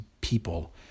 people